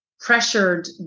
pressured